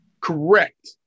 Correct